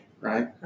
right